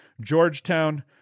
Georgetown